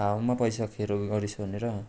हावामा पैसा खेरो गरिस् भनेर